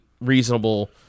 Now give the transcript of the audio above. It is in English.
reasonable